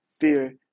fear